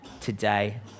today